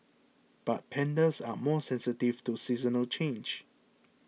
but pandas are more sensitive to seasonal changes